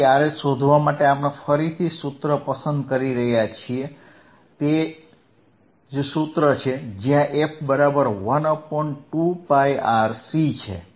તેથી RH શોધવા માટે આપણે ફરીથી સૂત્ર પસંદ કરી રહ્યા છીએ જે તે જ સૂત્ર છે જ્યાં f 12πRC છે